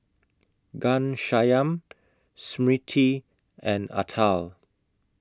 Ghanshyam Smriti and Atal